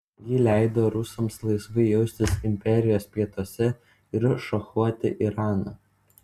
ji leido rusams laisvai jaustis imperijos pietuose ir šachuoti iraną